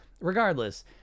Regardless